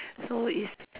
so it's